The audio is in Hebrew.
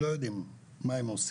שזה לא רק החינוך, זה גם עניין של דוגמה